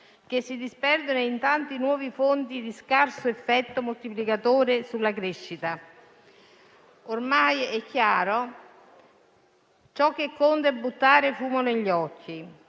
che si disperdono in tanti nuovi fondi di scarso effetto moltiplicatore sulla crescita. Ormai è chiaro: ciò che conta è buttare fumo negli occhi